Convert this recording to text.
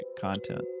content